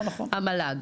המל"ג.